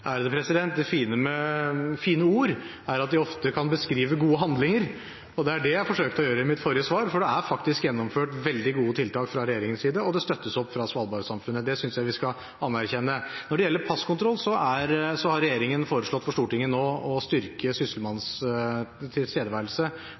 Det fine med fine ord er at de ofte kan beskrive gode handlinger, og det er det jeg forsøkte å gjøre i mitt forrige svar, for det er faktisk gjennomført veldig gode tiltak fra regjeringens side, og det støttes opp fra Svalbard-samfunnet. Det synes jeg vi skal anerkjenne. Når det gjelder passkontroll, har regjeringen nå foreslått for Stortinget å styrke